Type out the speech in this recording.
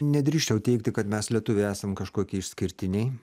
nedrįsčiau teigti kad mes lietuviai esam kažkokie išskirtiniai